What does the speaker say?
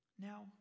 Now